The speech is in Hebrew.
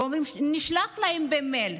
ואומרים: נשלח להם במייל.